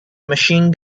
machine